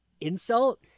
insult